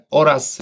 oraz